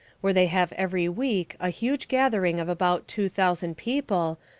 where they have every week a huge gathering of about two thousand people,